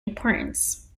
importance